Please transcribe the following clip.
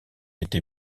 été